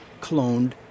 cloned